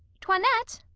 toinette!